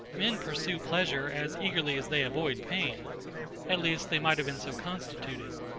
men pursue pleasure as eagerly as they avoid pain at least they might have been so constituted.